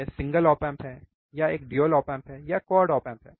यह single op amp है या यह एक ड्यूल op amp है या यह क्वाड op amp है